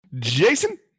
Jason